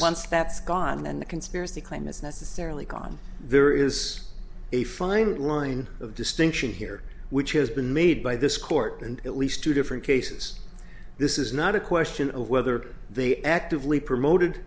once that's gone then the conspiracy claim is necessarily gone there is a fine line of distinction here which has been made by this court and at least two different cases this is not a question of whether they actively promoted